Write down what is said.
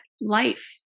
life